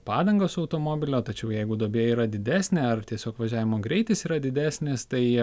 padangos automobilio tačiau jeigu duobė yra didesnė ar tiesiog važiavimo greitis yra didesnis tai